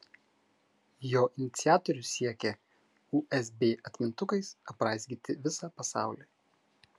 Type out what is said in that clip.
jo iniciatorius siekia usb atmintukais apraizgyti visą pasaulį